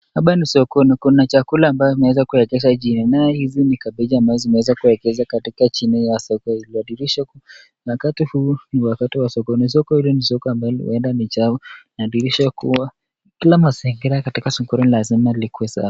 Hapa ni sokoni kuna chakula ambayo imeweza kuekezwa chini. Nayo hizi ni kabeji ambazo zimeweza kuekezwa katika chini ya soko hili. Wakati huu ni wakati wa sokoni. Soko hili uenda ni chafu inaakikisha kuwa, kila mazingira katika sokoni lazima likuwe safi.